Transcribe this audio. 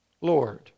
Lord